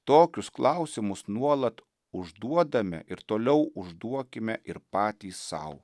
tokius klausimus nuolat užduodame ir toliau užduokime ir patys sau